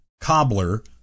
cobbler